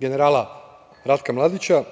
generala Ratka Mladića,